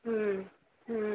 ହୁଁ